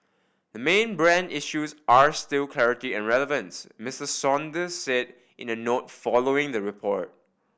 the main brand issues are still clarity and relevance Mister Saunders said in a note following the report